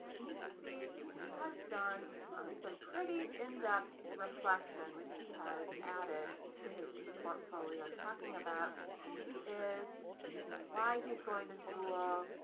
and you can see he has done um some pretty in depth reflection, which he has added to his eportfolio talking about who he is, you know why he is going to school.